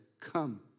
come